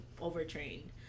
overtrained